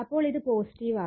അപ്പോൾ ഇത് പോസിറ്റീവ് ആവും